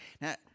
Now